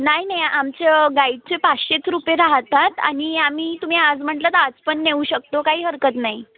नाही नाही आमचे गाईडचे पाचशेच रुपये राहतात आणि आम्ही तुम्ही आज म्हटलं तर आज पण नेऊ शकतो काही हरकत नाही